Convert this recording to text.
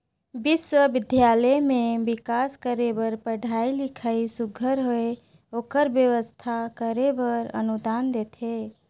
बिस्वबिद्यालय में बिकास करे बर पढ़ई लिखई सुग्घर होए ओकर बेवस्था करे बर अनुदान देथे